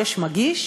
יש מגיש,